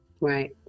right